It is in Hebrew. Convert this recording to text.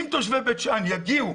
אם תושבי בית שאן יגיעו